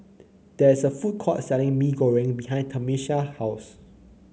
there is a food court selling mee goring behind Tamica's house